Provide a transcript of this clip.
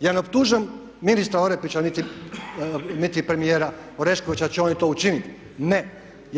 Ja ne optužujem ministra Orepića niti premijera Oreškovića da će oni to učiniti. Ne,